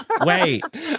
Wait